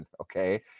Okay